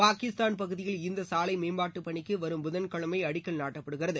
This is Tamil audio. பாகிஸ்தான் பகுதியில் இந்த சாலை மேம்பாட்டுப் பணிக்கு வரும் புதன் கிழமை அடிக்கல் நாட்டப்படுகிறது